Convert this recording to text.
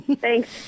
Thanks